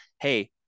Hey